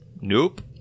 Nope